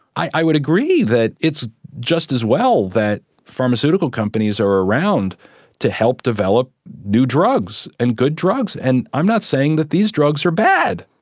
i would agree that it's just as well that pharmaceutical companies are around to help develop new drugs and good drugs, and i'm not saying that these drugs are bad,